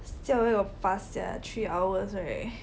siao where got fast sia three hours right